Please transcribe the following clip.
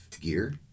gear